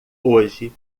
hoje